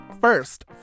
First